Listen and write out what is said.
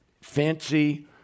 fancy